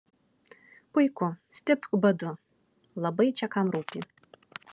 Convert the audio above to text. puiku stipk badu labai čia kam rūpi